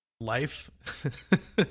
life